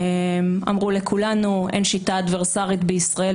אמרו לכולנו שאין שיטה אדוורסרית בישראל,